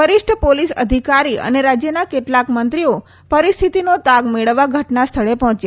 વરિષ્ઠ પોલીસ અધિકારી અને રાજયના કેટલાક મંત્રીઓ પરિસ્થિતિનો તાગ મેળવવા ઘટના સ્થળે પહોચ્યા છે